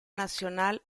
nacional